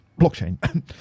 blockchain